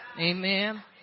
Amen